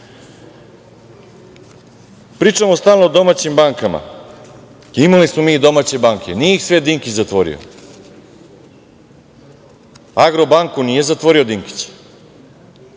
stalno o domaćim bankama. Imali smo mi i domaće banke, nije ih sve Dinkić zatvorio. "Agrobanku" nije zatvorio Dinkić,